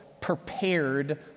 prepared